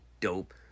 dope